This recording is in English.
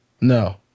No